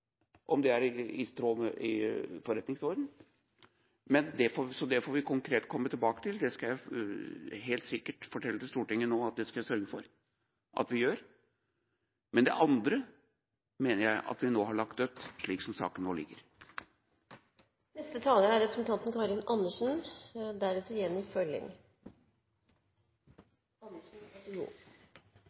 om det er i tråd med forretningsorden, så det får vi konkret komme tilbake til. Jeg forteller Stortinget nå at det skal jeg sørge for at vi gjør. Men det andre mener jeg at vi nå har lagt dødt, slik saken nå ligger. Jeg slutter meg helt til det komiteens leder nå sa. Vi må gå inn i denne måten å behandle saker på og finne ut om dette er